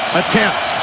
attempt